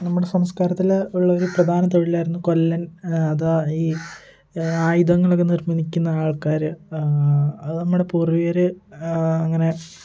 നമ്മുടെ സംസ്കാരത്തില് ഉള്ള ഒരു പ്രധാന തൊഴിലായിരുന്നു കൊല്ലൻ അധവാ ഈ ആയുധങ്ങളൊക്കെ നിർമ്മിക്കുന്ന ആൾക്കാര് അത് നമ്മുടെ പൂർവ്വികര് അങ്ങനെ